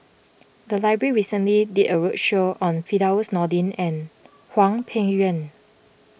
the library recently did a roadshow on Firdaus Nordin and Hwang Peng Yuan